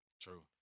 True